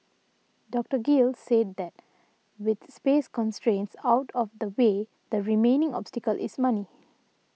Doctor Gill said that with space constraints out of the way the remaining obstacle is money